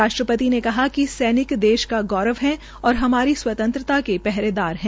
राष्ट्रपति ने कहा कि सैनिक देश का गौरव है और हमारी स्वतंत्रता के पहरेदार है